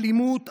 אלימות,